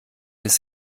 ist